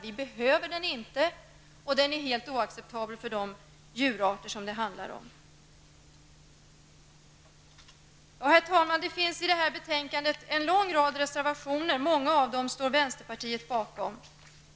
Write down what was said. Vi behöver den inte, och den är helt oacceptabel när det gäller de djurarter som det rör sig om. Herr talman! Det finns i betänkandet en lång rad reservationer. Vänsterpartiet står bakom många av dem.